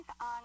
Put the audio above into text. On